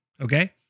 Okay